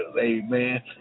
Amen